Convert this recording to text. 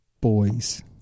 boys